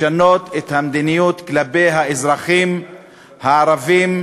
לשנות את המדיניות כלפי האזרחים הערבים,